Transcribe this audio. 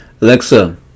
Alexa